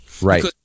Right